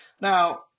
Now